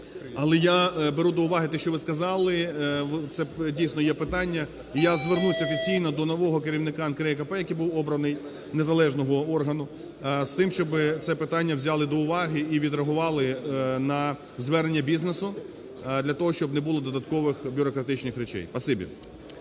Але я беру до уваги те, що ви сказали, це, дійсно, є питання, і я звернусь офіційно до нового керівника НКРЕКП, який був обраний незалежного органу з тим, щоб це питання взяли до уваги і відреагували на звернення бізнесу для того, щоб не було додаткових бюрократичних речей.